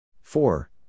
Four